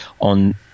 on